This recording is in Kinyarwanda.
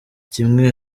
kimwe